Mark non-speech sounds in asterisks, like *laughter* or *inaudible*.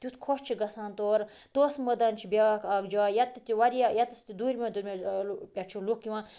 تیُتھ خۄش چھِ گژھان تورٕ توسہٕ مٲدان چھِ بیٛاکھ اَکھ جاے یَتہٕ تہِ واریاہ یَتَس تہِ دوٗرمیو دوٗمیو *unintelligible* پٮ۪ٹھ چھِ لُکھ یِوان